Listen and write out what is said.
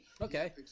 Okay